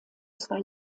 zwei